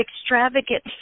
extravagant